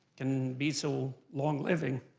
can be so long living.